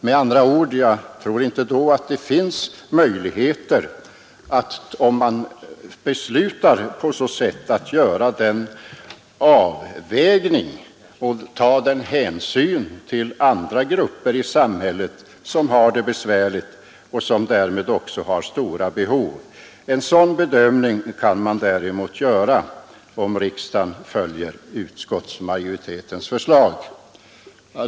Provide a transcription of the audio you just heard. Med andra ord tror jag inte att det vid ett sådant beslut finns möjligheter att göra en avvägning och ta hänsyn till andra grupper som har det besvärligt och därför också har stora behov. En sådan bedömning kan man däremot göra om riksdagen följer utskottsmajoritetens förslag.